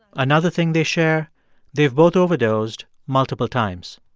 another thing they share they've both overdosed multiple times.